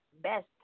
best